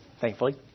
thankfully